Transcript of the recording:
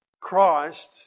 Christ